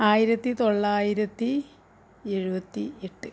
ആയിരത്തി തൊള്ളായിരത്തി ഏഴുവത്തിയെട്ട്